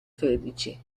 tredici